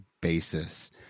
basis